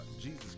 Jesus